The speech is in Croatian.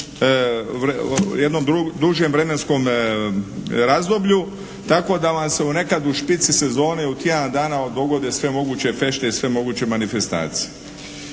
jednom dužem vremenskom razdoblju tako da vam se u nekad u špici sezone u tjedan dana dogode sve moguće fešte i sve moguće manifestacije.